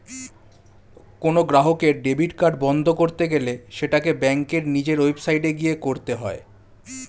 কোনো গ্রাহকের debit card বন্ধ করতে গেলে সেটাকে ব্যাঙ্কের নিজের ওয়েবসাইটে গিয়ে করতে হয়ে